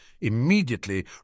Immediately